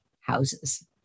houses